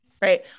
Right